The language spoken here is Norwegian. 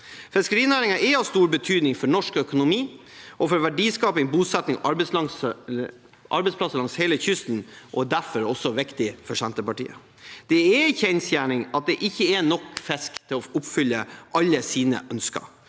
Fiskerinæringen er av stor betydning for norsk økonomi og for verdiskaping, bosetting og arbeidsplasser langs hele kysten og derfor også viktig for Senterpartiet. Det er en kjensgjerning at det ikke er nok fisk til å oppfylle alles ønsker.